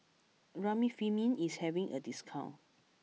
Remifemin is having a discount